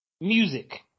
Music